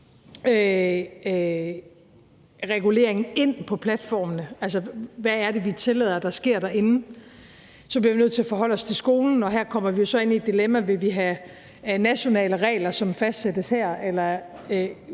regulering inde på platformene. Altså, hvad er det, vi tillader at der sker derinde? Så bliver vi nødt til at forholde os til skolen, og her kommer vi jo så ind i et dilemma: Vil vi have nationale regler, som fastsættes her,